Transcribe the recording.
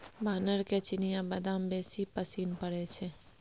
बानरके चिनियाबदाम बेसी पसिन पड़य छै